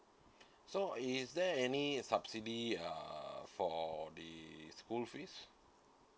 so is there any subsidy uh for the school fees